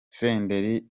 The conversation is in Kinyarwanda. senderi